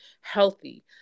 healthy